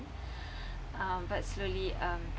um but slowly um